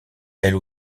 elle